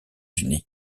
unis